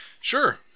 Sure